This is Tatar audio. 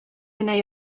генә